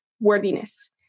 worthiness